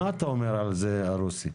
מה אתה אומר על זה, ערוסי?